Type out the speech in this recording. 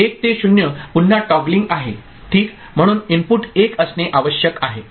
1 ते 0 पुन्हा टॉगलिंग आहे ठीक म्हणून इनपुट 1 असणे आवश्यक आहे